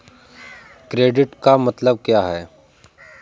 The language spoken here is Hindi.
क्रेडिट का मतलब क्या होता है?